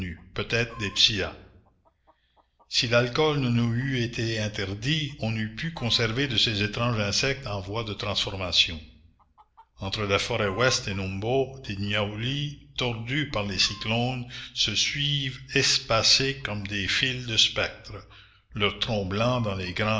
peut-être des psillas si l'alcool ne nous eût été interdit on eût pu conserver de ces étranges insectes en voie de transformations entre la forêt ouest et numbo des niaoulis tordus par les cyclones se suivent espacés comme des files de spectres leurs troncs blancs dans les